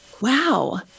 wow